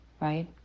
right